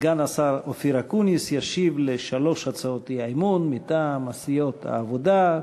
סגן השר אופיר אקוניס ישיב על שלוש הצעות האי-אמון מטעם סיעות העבודה,